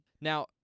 Now